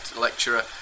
lecturer